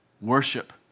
worship